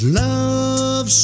love